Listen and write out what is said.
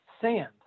sand